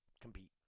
compete